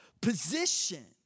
position